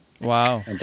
Wow